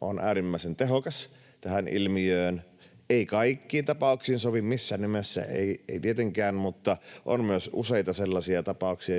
on äärimmäisen tehokas tähän ilmiöön, se ei kaikkiin tapauksiin sovi missään nimessä, ei tietenkään, mutta on myös useita sellaisia tapauksia,